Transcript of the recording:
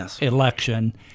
election